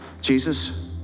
Jesus